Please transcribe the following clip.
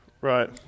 Right